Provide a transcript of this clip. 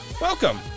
Welcome